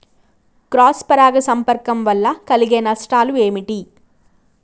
Cross పరాగ సంపర్కం వల్ల కలిగే నష్టాలు ఏమిటి?